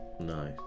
No